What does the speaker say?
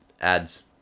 ads